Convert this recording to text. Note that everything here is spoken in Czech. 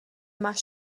máš